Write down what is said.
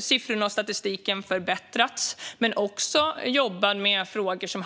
Siffrorna och statistiken har förbättrats. Det handlar också om att jobba med frågor som